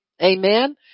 Amen